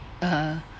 uh